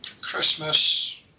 Christmas